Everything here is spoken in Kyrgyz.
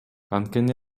анткени